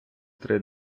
три